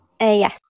Yes